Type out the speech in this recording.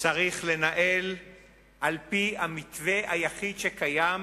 צריך לנהל על-פי המתווה היחיד שקיים,